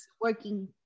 working